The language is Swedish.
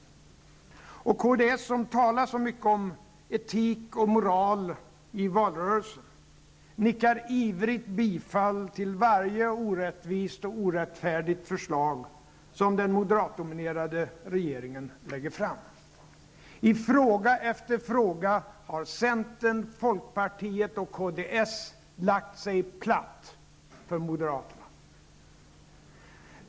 Kds, som talade så mycket om etik och moral i valrörelsen, nickar ivrigt bifall till varje orättvist och orättfärdigt förslag som den moderatdominerade regeringen lägger fram. I fråga efter fråga har centern, folkpartiet och kds lagt sig platt för moderaterna.